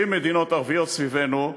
20 מדינות ערביות סביבנו,